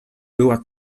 była